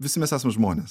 visi mes esam žmonės